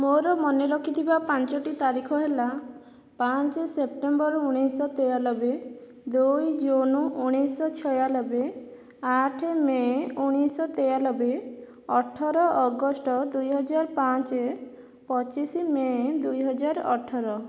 ମୋର ମନେ ରଖିଥିବା ପାଞ୍ଚଟି ତାରିଖ ହେଲା ପାଞ୍ଚ ସେପ୍ଟେମ୍ବର ଉଣେଇଶହ ତେୟାନବେ ଦୁଇ ଜୁନ ଉଣେଇଶହ ଛୟାନବେ ଆଠ ମେ ଉଣେଇଶହ ତେୟାନବେ ଅଠର ଅଗଷ୍ଟ ଦୁଇ ହଜାର ପାଞ୍ଚ ପଚିଶ ମେ ଦୁଇ ହଜାର ଅଠର